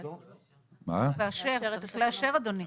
אדוני, צריך לאשר.